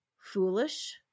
foolish